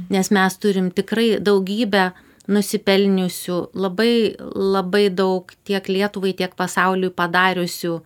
nes mes turim tikrai daugybę nusipelniusių labai labai daug tiek lietuvai tiek pasauliui padariusių